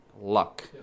luck